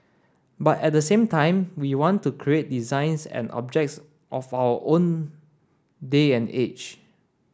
but at the same time we want to create designs and objects of our own day and age